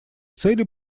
цели